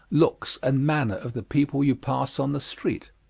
looks and manner of the people you pass on the street.